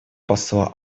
посла